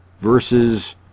versus